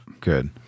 good